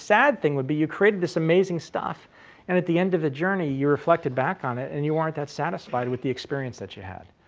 sad thing would be you created this amazing stuff and at the end of the journey, you reflected back on it and you weren't that satisfied with the experience that you had.